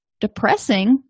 depressing